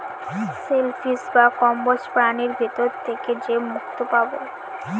shell fish বা কম্বোজ প্রাণীর ভিতর থেকে যে মুক্তো পাবো